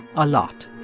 a lot.